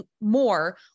more